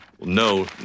No